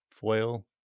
foil